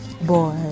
boy